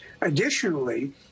Additionally